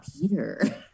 peter